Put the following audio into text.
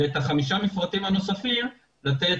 ואת חמישה המפרטים הנוספים לתת,